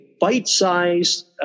bite-sized